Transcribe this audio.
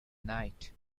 night